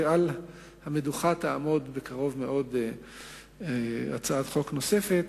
ועל המדוכה תעמוד בקרוב מאוד הצעת חוק נוספת,